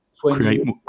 Create